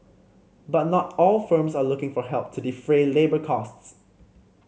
but not all firms are looking for help to defray labour costs